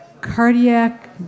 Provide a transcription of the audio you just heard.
cardiac